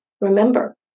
remember